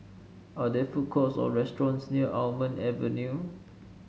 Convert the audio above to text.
are there food courts or restaurants near Almond Avenue